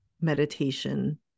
meditation